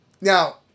Now